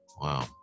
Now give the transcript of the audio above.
Wow